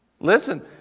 Listen